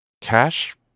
Cash